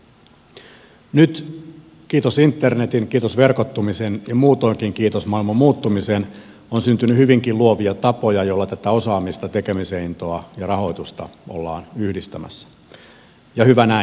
nyt kiitos internetin kiitos verkottumisen ja muutoinkin kiitos maailman muuttumisen on syntynyt hyvinkin luovia tapoja joilla tätä osaamista tekemisen intoa ja rahoitusta ollaan yhdistämässä ja hyvä näin